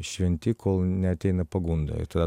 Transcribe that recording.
šventi kol neateina pagunda ir tada